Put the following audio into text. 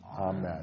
Amen